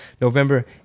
November